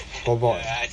robot eh